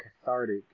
cathartic